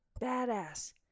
badass